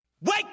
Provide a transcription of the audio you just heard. Wake